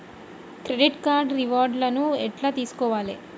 Credit card reward లను ఎట్ల తెలుసుకోవాలే?